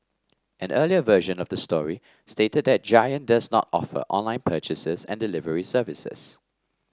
an earlier version of the story stated that Giant does not offer online purchase and delivery services